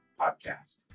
podcast